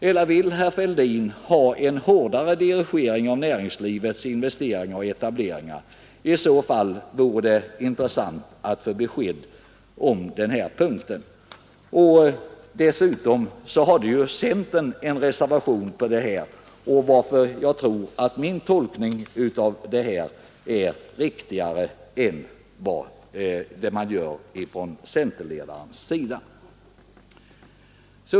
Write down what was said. Eller vill herr Fälldin ha en hårdare dirigering av näringslivets investeringar och etableringar? Det vore intressant att få besked om det. Dessutom har ju centern en reservation vid denna punkt, varför jag tror att min tolkning är riktigare än centerledarens.